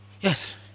Yes